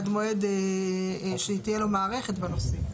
עד מועד שתהיה לו מערכת בנושא.